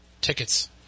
tickets